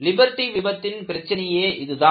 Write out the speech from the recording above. Liberty விபத்தின் பிரச்சனையே இதுதான்